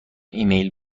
ایمیل